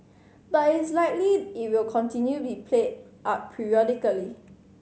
but is likely it will continue be played up periodically